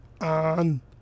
on